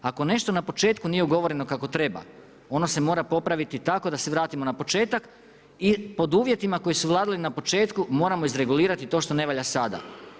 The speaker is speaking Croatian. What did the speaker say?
Ako nešto nije na početku nije ugovoreno kako treba, ono se mora popraviti tako da se vratimo na početak i pod uvjetima koji su vladali na početku moramo izregulirati to što ne valjda sada.